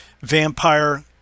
vampire